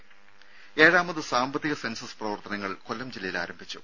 രും ഏഴാമത് സാമ്പത്തിക സെൻസസ് പ്രവർത്തനങ്ങൾ കൊല്ലം ജില്ലയിൽ ആരംഭിച്ചു